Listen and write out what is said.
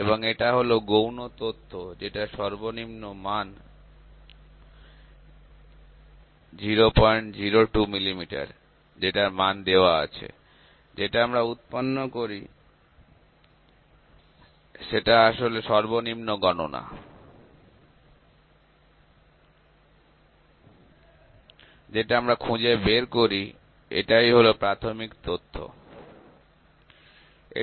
এবং এটা হল গৌণ তথ্য যেটা সর্বনিম্ন মান ০০২ মিমি যেটার মান দেওয়া আছে যেটা আমরা উৎপন্ন করি যেটা আসল সর্বনিম্ন গণনা যেটা আমরা খুঁজে বের করি এটাই হলো প্রাথমিক তথ্য ঠিক আছে